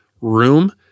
room